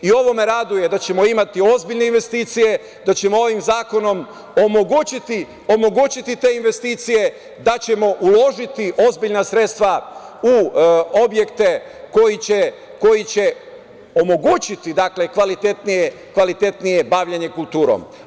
Ovo me raduje da ćemo imati ozbiljne investicije, da ćemo ovim zakonom omogućiti te investicije, da ćemo uložiti ozbiljna sredstva u objekte koji će omogućiti kvalitetnije bavljenje kulturom.